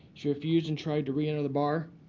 she refused and tried to reenter the bar.